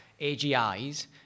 AGIs